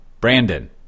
Brandon